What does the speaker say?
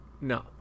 no